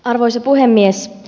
arvoisa puhemies